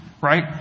Right